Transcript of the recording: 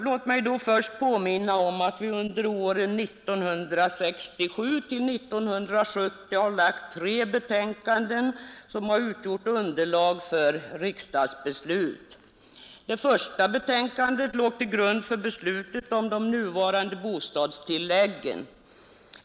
Låt mig då först påminna om att vi under åren 1967 till 1970 har framlagt tre betänkanden, som har utgjort underlag för riksdagsbeslut. Det första betänkandet låg till grund för beslutet om de nuvarande bostadstilläggen.